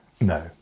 No